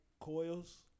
coils